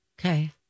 Okay